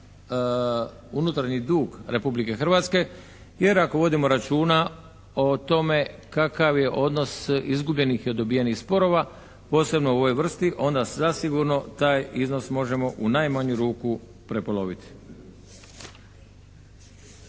unutarnji dug Republike Hrvatske jer ako vodimo računa o tome kakav je odnos izgubljenih i dobijenih sporova, posebno u ovoj vrsti, onda zasigurno taj iznos možemo u najmanju ruku prepoloviti.